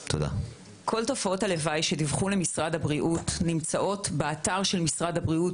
כל תופעות הלוואי שדווחו למשרד הבריאות נמצאות באתר של משרד הבריאות,